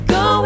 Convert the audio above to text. go